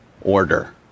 order